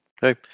hey